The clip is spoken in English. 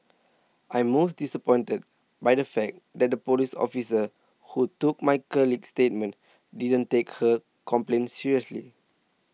I'm most disappointed by the fact that the police officer who took my colleague's statement didn't take her complaint seriously